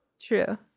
True